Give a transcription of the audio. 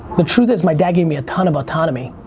the truth is my dad gave me a ton of autonomy.